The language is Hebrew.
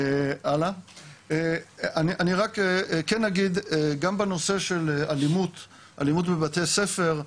אני רק כן אגיד גם בנושא של אלימות בבתי ספר,